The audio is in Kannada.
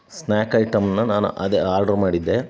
ಸ್ನಾಕ್ ಐಟಮ್ನ ನಾನು ಅದೇ ಆರ್ಡ್ರ್ ಮಾಡಿದ್ದೆ